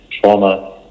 trauma